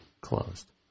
closed